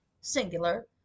singular